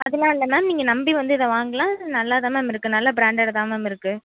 அதெலாம் இல்லை மேம் நீங்கள் நம்பி வந்து இதை வாங்கலாம் நல்லா தான் மேம் இருக்குது நல்லா ப்ராண்டடாக தான் மேம் இருக்குது